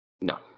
No